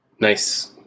nice